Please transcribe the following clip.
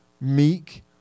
meek